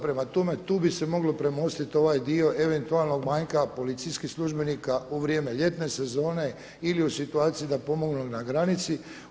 Prema tome, tu bi se moglo premostit ovaj dio eventualnog manjka policijskih službenika u vrijeme ljetne sezone ili u situaciji da pomognu na granici.